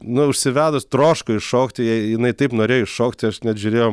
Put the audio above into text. nu užsivedus troško iššokti jai jinai taip norėjo iššokti aš net žiūrėjom